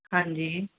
ਹਾਂਜੀ